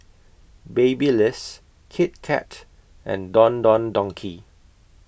Babyliss Kit Kat and Don Don Donki